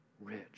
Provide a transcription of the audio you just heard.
rich